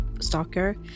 stalker